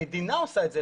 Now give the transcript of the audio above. המדינה עושה את זה,